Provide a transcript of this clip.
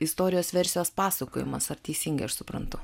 istorijos versijos pasakojimas ar teisingai aš suprantu